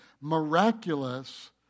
miraculous